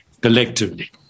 collectively